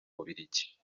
bubiligi